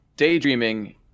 daydreaming